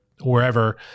wherever